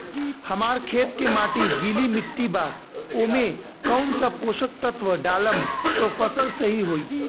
हमार खेत के माटी गीली मिट्टी बा ओमे कौन सा पोशक तत्व डालम त फसल सही होई?